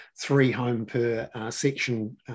three-home-per-section